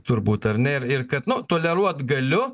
turbūt ar ne ir ir kad nu toleruot galiu